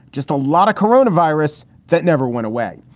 just a lot of corona virus that never went away.